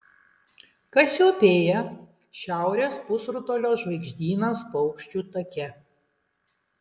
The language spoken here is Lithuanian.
kasiopėja šiaurės pusrutulio žvaigždynas paukščių take